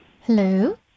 Hello